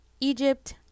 Egypt